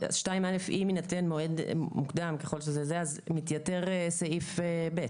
אם יינתן מועד מוקדם אז מתייתר סעיף קטן (ב).